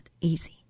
easy